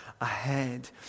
ahead